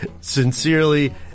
Sincerely